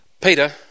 Peter